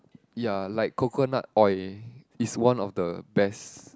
ya like coconut oil is one of the best